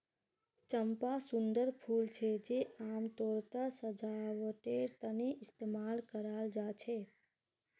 चंपा सुंदर फूल छे जे आमतौरत सजावटेर तने इस्तेमाल कराल जा छे